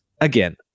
again